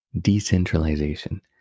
decentralization